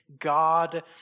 God